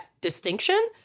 distinction